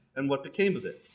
and what became of it?